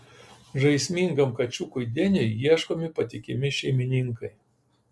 žaismingam kačiukui deniui ieškomi patikimi šeimininkai